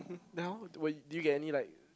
now what do you get any like